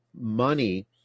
money